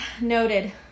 Noted